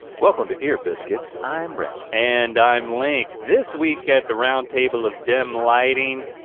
welcome to ear biscuits, i'm rhett. and i'm link. this week at the round table of dim lighting,